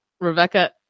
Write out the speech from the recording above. Rebecca